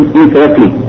incorrectly